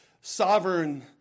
sovereign